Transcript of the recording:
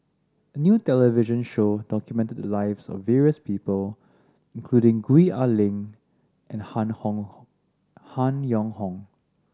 a new television show documented the lives of various people including Gwee Ah Leng and Han Hong Han Yong Hong